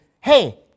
hey